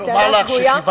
היא טענה שגויה.